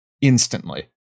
instantly